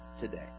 today